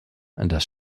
das